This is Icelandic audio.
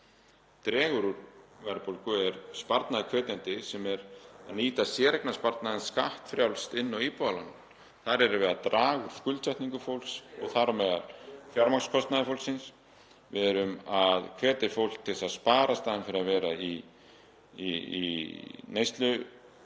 dregur úr verðbólgu, er sparnaðarhvetjandi, sem er að nýta séreignarsparnað skattfrjálst inn á íbúðalán. Þar erum við að draga úr skuldsetningu fólks og þar á meðal fjármagnskostnaði fólksins. Við erum að hvetja fólk til að spara í staðinn fyrir að vera í neyslu